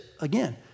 Again